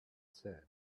said